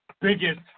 biggest